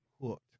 hooked